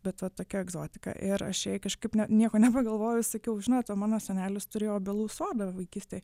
bet va tokia egzotika ir aš jai kažkaip ne nieko nepagalvojau sakiau žinot mano senelis turėjo obelų sodą vaikystėj